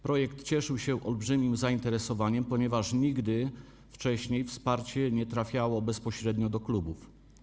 Projekt cieszył się olbrzymim zainteresowaniem, ponieważ nigdy wcześniej wsparcie nie trafiało bezpośrednio do klubów.